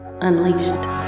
Unleashed